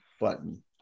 button